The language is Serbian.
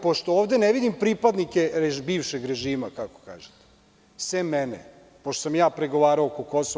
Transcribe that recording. Pošto ovde ne vidim pripadnike bivšeg režima, kako kažete, sem mene, pošto sam ja pregovarao oko Kosova.